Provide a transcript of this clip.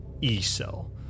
E-Cell